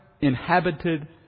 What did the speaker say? inhabited